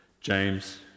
James